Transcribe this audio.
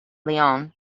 lyon